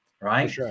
right